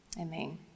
Amen